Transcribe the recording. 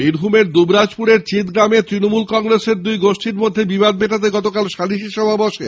বীরভূমের দুবরাজপুরের চিৎগ্রামে তৃণমূল কংগ্রেসের দুই গোষ্ঠীর মধ্যে বিবাদ মেটাতে গতকাল সালিশী সভা বসে